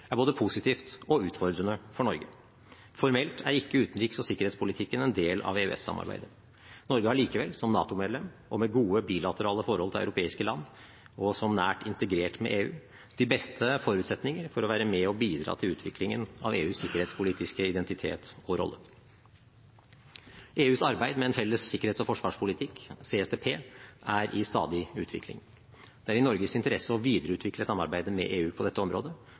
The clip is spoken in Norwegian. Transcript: er både positivt og utfordrende for Norge. Formelt er ikke utenriks- og sikkerhetspolitikken en del av EØS-samarbeidet. Norge har likevel, som NATO-medlem med gode bilaterale forhold til europeiske land og nært integrert med EU, de beste forutsetninger for å være med og bidra til utviklingen av EUs sikkerhetspolitiske identitet og rolle. EUs arbeid med en felles sikkerhets- og forsvarspolitikk – CSDP – er i stadig utvikling. Det er i Norges interesse å videreutvikle samarbeidet med EU på dette området